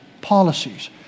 policies